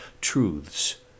truths